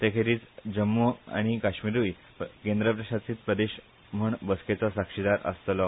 ते खेरीज जम्मू आनी काश्मिरूय केंद्रशासित प्रदेश म्हण बसकेचो साक्षीदार आसतलो